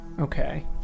Okay